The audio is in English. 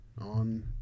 on